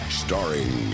starring